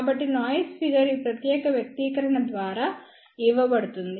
కాబట్టి noise figure ఈ ప్రత్యేక వ్యక్తీకరణ ద్వారా ఇవ్వబడుతుంది